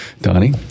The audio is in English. donnie